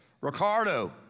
Ricardo